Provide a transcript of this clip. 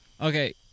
Okay